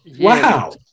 Wow